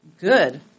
Good